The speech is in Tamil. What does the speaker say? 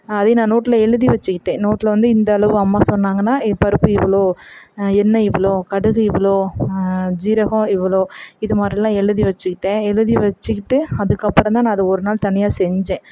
அதையே நான் நோட்டில் எழுதி வெச்சுக்கிட்டேன் நோட்டில் வந்து இந்தளவு அம்மா சொன்னாங்கனால் எ பருப்பு இவ்வளோ எண்ணெய் இவ்வளோ கடுகு இவ்வளோ சீரகம் இவ்வளோ இது மாதிரிலாம் எழுதி வெச்சுகிட்டேன் எழுதி வெச்சுக்கிட்டு அதுக்கப்புறம் தான் நான் அத ஒரு நாள் தனியாக செஞ்சேன்